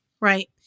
Right